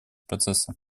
процесса